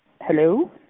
Hello